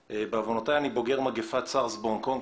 בעוונותיי אני בוגר מגפת סארס בהונג קונג,